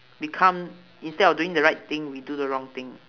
become instead of doing the right thing we do the wrong thing